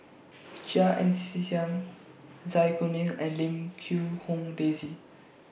Chia Ann C Siang Zai Kuning and Lim Quee Hong Daisy